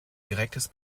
direktes